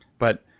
but,